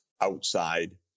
outside